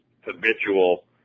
habitual